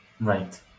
Right